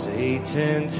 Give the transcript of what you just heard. Satan